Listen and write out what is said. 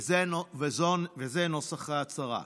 וזה נוסח ההצהרה: